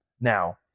Now